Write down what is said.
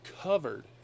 covered